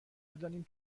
بدانیم